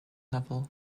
level